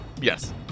Yes